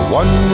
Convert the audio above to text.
one